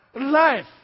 Life